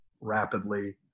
rapidly